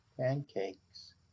Pancakes